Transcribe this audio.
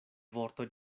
vorto